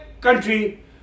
country